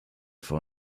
for